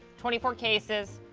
twenty four cases,